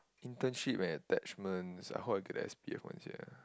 internship mah attachments I hope I get the S_P_F one siah